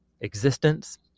existence